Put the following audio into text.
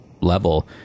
level